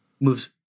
Moves